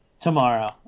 tomorrow